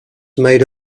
made